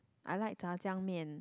I like Jia-Jiang-Mian